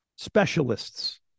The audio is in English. specialists